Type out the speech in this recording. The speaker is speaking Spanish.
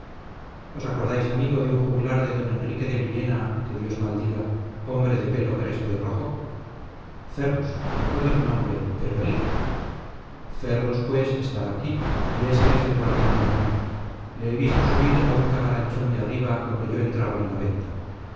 os acordáis amigo mío de un juglar de don enrique de villena que dios maldiga hombre de pelo crespo y rojo ferrus recuerdo su nombre pero él ferrus pues está aquí y ése es el guardián de mi amo le he visto subir a un camaranchón de arriba cuando yo entraba en la venta